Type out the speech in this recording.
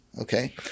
Okay